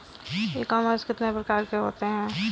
ई commerce कितने प्रकार के होते हैं?